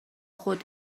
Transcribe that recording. خود